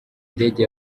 ndege